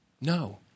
No